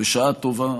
בשעה טובה,